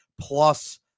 plus